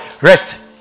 rest